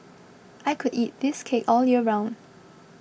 I could eat this cake all year round